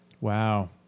Wow